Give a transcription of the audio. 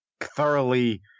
thoroughly